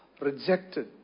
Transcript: rejected